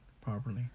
properly